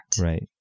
Right